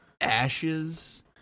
ashes